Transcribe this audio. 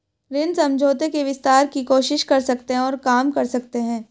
ऋण समझौते के विस्तार की कोशिश कर सकते हैं और काम कर सकते हैं